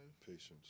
Patience